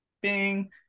bing